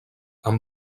amb